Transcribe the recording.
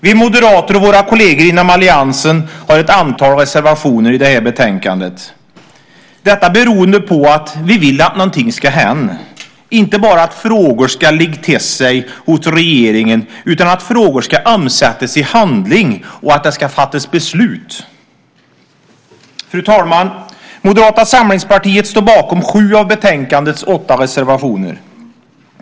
Vi moderater och våra kolleger inom alliansen har ett antal reservationer i betänkandet, detta beroende på att vi vill att någonting ska hända, inte bara att frågor ska ligga till sig hos regeringen utan att frågor ska omsättas i handling och att det ska fattas beslut. Fru talman! Moderata samlingspartiet står bakom sju av betänkandets åtta reservationer.